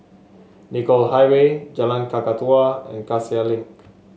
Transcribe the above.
Nicoll Highway Jalan Kakatua and Cassia Link